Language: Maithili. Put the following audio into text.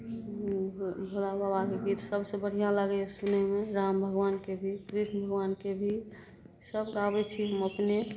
भोला बाबाके गीत सबसे बढ़िआँ लागैए सुनैमे राम भगवानके गीत कृष्ण भगवानके भी सब गाबै छी हम अपने